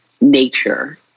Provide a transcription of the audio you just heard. nature